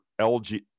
LG